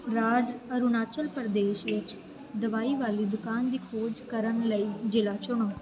ਰਾਜ ਅਰੁਣਾਚਲ ਪ੍ਰਦੇਸ਼ ਵਿੱਚ ਦਵਾਈ ਵਾਲੀ ਦੁਕਾਨ ਦੀ ਖੋਜ ਕਰਨ ਲਈ ਜ਼ਿਲ੍ਹਾ ਚੁਣੋ